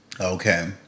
okay